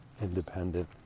independent